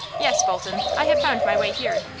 yes, bolton, i have found my way here.